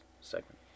segment